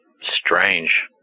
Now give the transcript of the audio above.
Strange